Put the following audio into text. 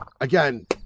again